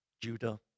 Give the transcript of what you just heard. Judah